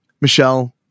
Michelle